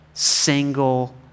single